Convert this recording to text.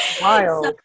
Wild